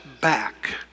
back